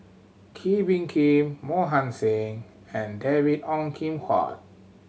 Kee Bee Khim Mohan Singh and David Ong Kim Huat